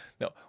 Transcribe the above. no